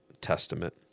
Testament